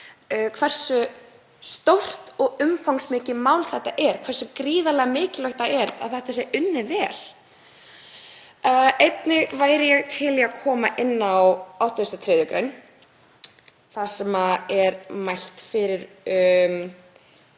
hversu stórt og umfangsmikið mál þetta er, hversu gríðarlega mikilvægt það er að þetta sé unnið vel. Einnig væri ég til í að koma inn á 83. gr. þar sem er mælt fyrir